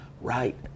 right